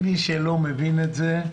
צריך להבין את זה.